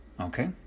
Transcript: Okay